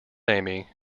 amy